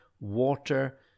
water